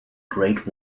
great